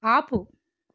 ఆపు